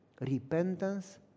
repentance